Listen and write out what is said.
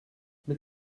mit